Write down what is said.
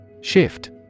Shift